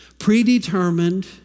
predetermined